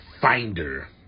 finder